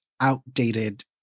outdated